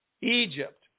egypt